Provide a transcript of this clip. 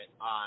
on